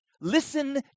Listen